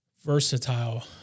versatile